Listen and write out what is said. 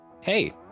Hey